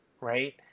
right